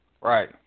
Right